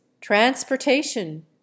transportation